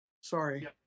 Sorry